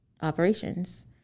operations